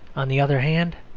on the other hand,